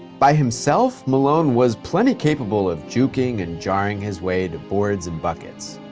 by himself, malone was plenty capable of juking and jarring his way to boards and buckets.